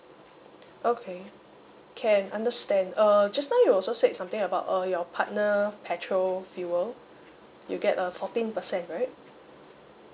okay can understand err just now you also said something about uh your partner petrol fuel you get a fourteen percent right